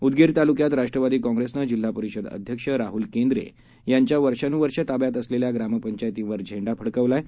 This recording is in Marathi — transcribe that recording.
उदगीरतालुक्यातराष्ट्रवादीकाँप्रेसनंजिल्हापरिषदअध्यक्षअध्यक्षराहुलकेंद्रेयांच्यावर्षानुव र्षताब्यातअसलेल्याग्रामपंचायतीवरझेंडाफडकावलाआहे